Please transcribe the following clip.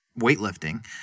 weightlifting